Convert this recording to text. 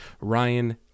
Ryan